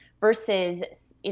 versus